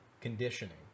conditioning